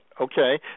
Okay